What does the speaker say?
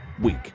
week